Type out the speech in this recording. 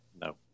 No